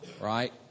right